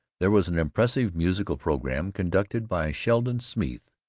there was an impressive musical program, conducted by sheldon smeeth,